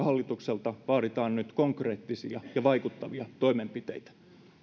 hallitukselta vaaditaan nyt konkreettisia ja vaikuttavia toimenpiteitä